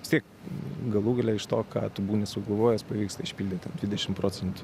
vis tiek galų gale iš to ką tu būni sugalvojęs pavyksta išpildyti ten dvidešimt procentų